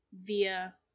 via